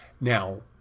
Now